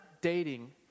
dating